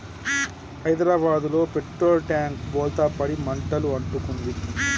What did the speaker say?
హైదరాబాదులో petrol tank బోల్తా పడి మంటలు అంటుకుంది